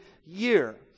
year